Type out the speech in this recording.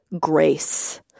grace